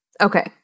Okay